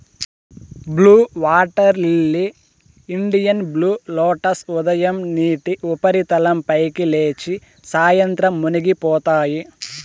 blue waterlily, Indian blue lotus ఉదయం నీటి ఉపరితలం పైకి లేచి, సాయంత్రం మునిగిపోతాయి